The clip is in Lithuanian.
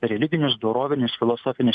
religinius dorovinius filosofinius